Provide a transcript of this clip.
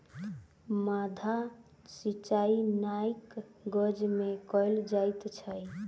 माद्दा सिचाई नाइ गज में कयल जाइत अछि